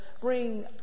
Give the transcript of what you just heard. bring